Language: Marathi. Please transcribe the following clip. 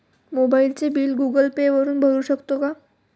मोबाइलचे बिल गूगल पे वापरून भरू शकतो का?